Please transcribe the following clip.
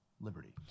liberty